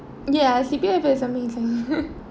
ya C_P_F is amazing